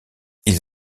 ils